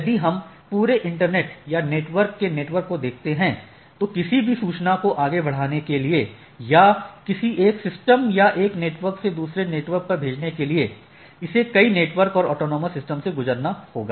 यदि हम पूरे इंटरनेट या नेटवर्क के नेटवर्क को देखते हैं तो किसी भी सूचना को आगे बढ़ाने के लिए या किसी एक सिस्टम या एक नेटवर्क से दूसरे नेटवर्क पर भेजने के लिए इसे कई नेटवर्क और ऑटॉनमस सिस्टमों से गुजरना होगा